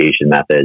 methods